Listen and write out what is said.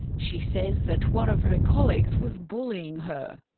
she says that one of her colleagues was bullying her.